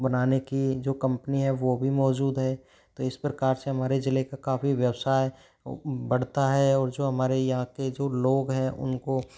बनाने की जो कंपनी है वो भी मौजूद है तो इस प्रकार से हमारे जिले का काफ़ी व्यवसाय बढ़ता है और जो हमारे यहाँ के जो लोग है उनको